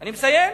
אני מסיים.